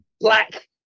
black